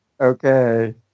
Okay